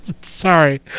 Sorry